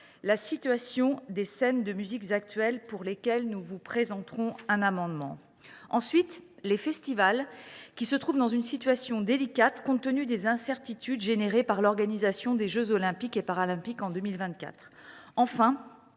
la situation des scènes de musiques actuelles, à propos de laquelle nous vous présenterons un amendement. Ensuite, les festivals se trouvent dans une situation délicate, compte tenu des incertitudes causées par l’organisation des jeux Olympiques et Paralympiques de 2024. Enfin,